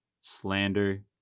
slander